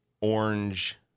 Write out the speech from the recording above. orange